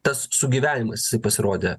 tas sugyvenimas jisai pasirodė